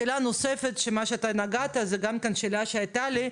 השאלה שאני חושבת שהיא מוצדקת לגבי קטינים,